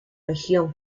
región